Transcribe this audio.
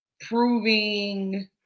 proving